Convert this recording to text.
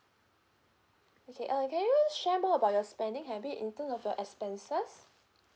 okay uh can you share more about your spending habits in terms of your expenses